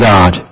God